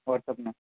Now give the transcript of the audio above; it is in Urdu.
اور سب میں